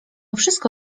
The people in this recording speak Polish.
wszystko